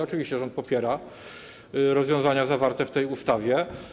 Oczywiście rząd popiera rozwiązania zawarte w tej ustawie.